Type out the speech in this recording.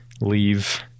leave